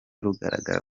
rugaragara